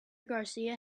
garcia